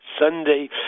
Sunday